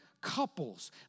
couples